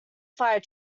fire